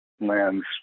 lands